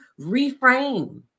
reframe